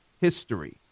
history